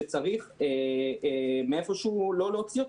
שצריך לא להוציא אותו מאיזה מקום,